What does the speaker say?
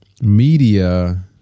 media